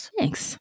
Thanks